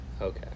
okay